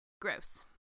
gross